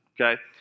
Okay